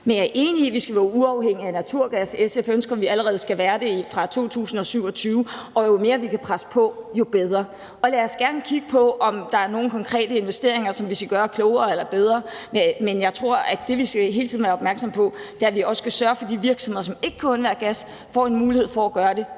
jeg er enig i, at vi skal være uafhængige af naturgas. SF ønsker, at vi allerede skal være det fra 2027, og jo mere vi kan presse på, jo bedre. Og lad os gerne kigge på, om der er nogle konkrete investeringer, som vi skal gøre klogere eller bedre, men jeg tror, at det, vi hele tiden skal være opmærksomme på, er, at vi også skal sørge for, at de virksomheder, som ikke kan undvære gas, får en mulighed for at gøre det